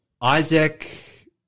Isaac